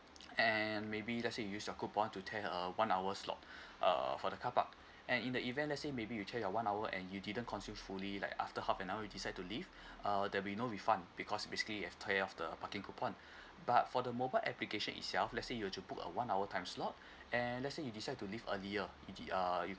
and maybe let's say you use your coupon to tear uh one hour slot err for the carpark and in the event let's say maybe you can tear your one hour and you didn't consume fully like after half an hour you decide to leave uh there'll be no refund because basically you have tear off the parking coupon but for the mobile application itself let's say you were to book a one hour time slot and let's say you decide to leave earlier and you uh